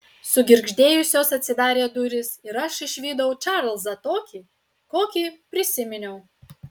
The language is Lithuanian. sugirgždėjusios atsidarė durys ir aš išvydau čarlzą tokį kokį prisiminiau